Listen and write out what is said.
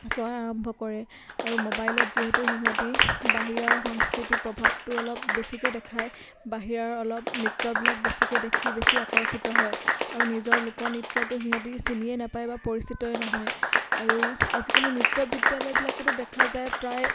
চোৱাৰ আৰম্ভ কৰে আৰু মোবাইলত যিহেতু সিহঁতে বাহিৰৰ সংস্কৃতি প্ৰভাৱটো অলপ বেছিকৈ দেখায় বাহিৰাৰ অলপ নৃত্যবিলাক বেছিকৈ দেখি বেছি আকৰ্ষিত হয় আৰু নিজৰ লোকনৃত্যটো সিহঁতে চিনিয়ে নাপায় বা পৰিচিতই নহয় আৰু আজিকালি নৃত্য বিদ্যালয়বিলাকতো দেখা যায় প্ৰায়